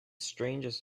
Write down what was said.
strangest